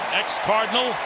ex-Cardinal